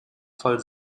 fall